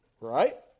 Right